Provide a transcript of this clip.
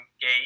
gate